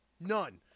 None